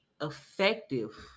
effective